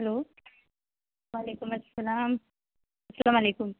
hello وعلیکم السلام السلام علیکم